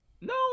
No